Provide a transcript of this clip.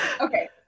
Okay